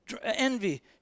envy